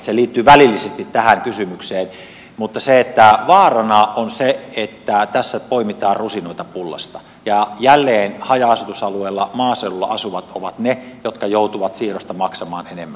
se liittyy välillisesti tähän kysymykseen mutta vaarana on se että tässä poimitaan rusinoita pullasta ja jälleen haja asutusalueella maaseudulla asuvat ovat ne jotka joutuvat siirrosta maksamaan enemmän